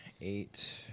eight